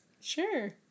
Sure